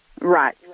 Right